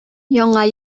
яңа